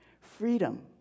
freedom